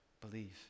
believe